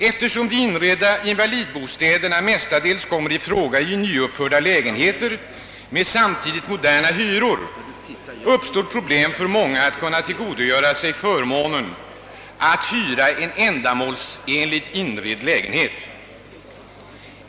Eftersom de inredda invalidbostäderna mestadels kommer i fråga i nyuppförda lägenheter med samtidigt »moderna» hyror, uppstår problem för många att kunna tillgodogöra sig förmånen att hyra en ändamålsenligt inredd lägenhet.